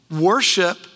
Worship